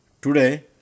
Today